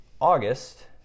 August